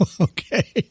okay